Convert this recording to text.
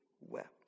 wept